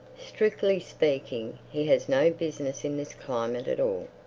strictly speaking, he has no business in this climate at all.